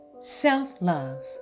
self-love